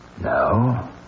No